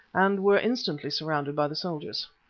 and were instantly surrounded by the soldiers.